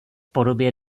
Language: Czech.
podobě